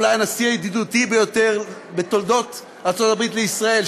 אולי הנשיא הידידותי ביותר בתולדות ארצות הברית לישראל,